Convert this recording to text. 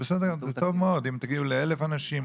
זה טוב מאוד אם תגיעו ל-1,000 אנשים,